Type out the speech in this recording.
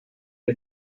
die